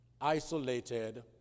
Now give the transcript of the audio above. isolated